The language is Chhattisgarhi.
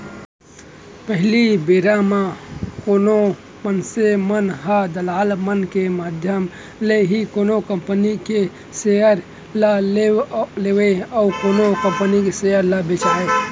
पहिली बेरा म कोनो मनसे मन ह दलाल मन के माधियम ले ही कोनो कंपनी के सेयर ल लेवय अउ कोनो कंपनी के सेयर ल बेंचय